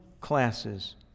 classes